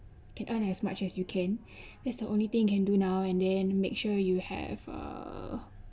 can earn as much as you can that's the only thing you can do now and then make sure you have uh